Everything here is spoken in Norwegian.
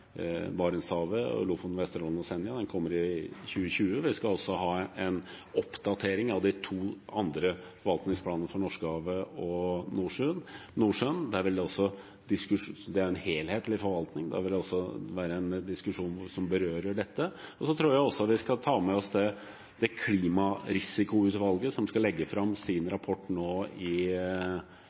Barentshavet og Lofoten, Vesterålen og Senja. Den kommer i 2020. Vi skal også ha en oppdatering av de to andre forvaltningsplanene, for Norskehavet og for Nordsjøen. Det er en helhetlig forvaltning, og det vil også være en diskusjon som berører dette. Jeg tror også at vi skal ta med oss Klimarisikoutvalget, som skal legge fram sin rapport nå i